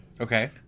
Okay